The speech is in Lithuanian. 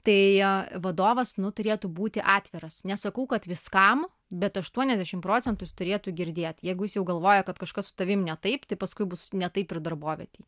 tai vadovas nu turėtų būti atviras nesakau kad viskam bet aštuoniasdešim procentų jis turėtų girdėt jeigu jis jau galvoja kad kažkas su tavim ne taip tai paskui bus ne taip ir darbovietėj